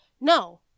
no